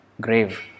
grave